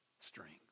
strength